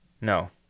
No